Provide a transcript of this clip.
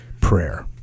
prayer